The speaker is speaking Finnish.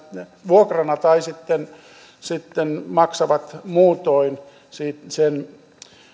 vuokrana tai sitten sitten maksavat muutoin sen